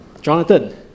Jonathan